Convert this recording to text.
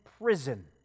prison